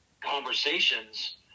conversations